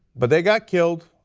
but they got killed,